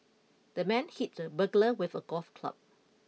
the man hit the burglar with a golf club